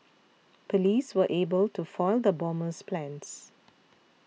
police were able to foil the bomber's plans